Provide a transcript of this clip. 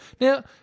Now